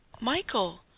Michael